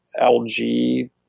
LG